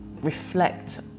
reflect